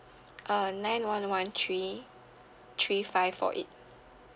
uh nine one one three three five four eight